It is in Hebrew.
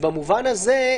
במובן הזה,